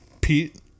Pete